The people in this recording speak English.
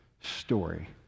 story